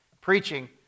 Preaching